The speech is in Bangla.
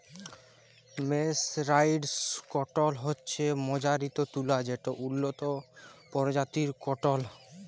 মের্সরাইসড কটল হছে মাজ্জারিত তুলা যেট উল্লত পরজাতির কটল